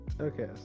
okay